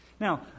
Now